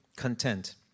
content